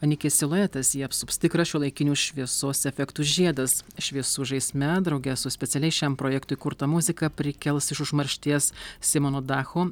anikės siluetas jį apsups tikras šiuolaikinių šviesos efektų žiedas šviesų žaisme drauge su specialiai šiam projektui kurta muzika prikels iš užmaršties simono dacho